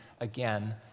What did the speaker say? again